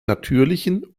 natürlichen